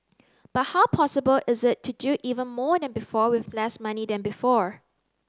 but how possible is it to do even more than before with less money than before